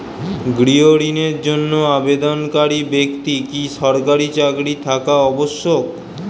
গৃহ ঋণের জন্য আবেদনকারী ব্যক্তি কি সরকারি চাকরি থাকা আবশ্যক?